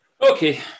Okay